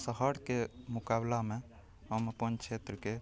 शहरके मोकाबिलामे हम अपन क्षेत्रके